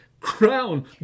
crown